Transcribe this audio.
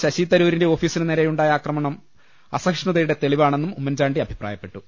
ശശി തരൂരിന്റെ ഓഫീസിനു നേരെയുണ്ടായ ആക്രമണം അസഹിഷ്ണു തയുടെ തെളിവാണെന്നും ഉമ്മൻചാണ്ടി അഭിപ്രായപ്പെട്ടു